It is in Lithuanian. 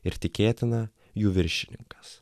ir tikėtina jų viršininkas